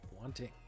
wanting